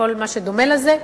כל מה שדומה לזה.